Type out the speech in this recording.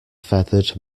feathered